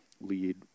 lead